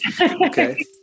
Okay